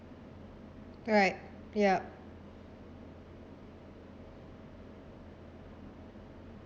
right yup